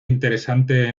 interesante